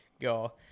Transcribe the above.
go